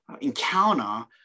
encounter